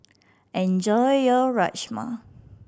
enjoy your Rajma